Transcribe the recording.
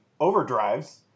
Overdrives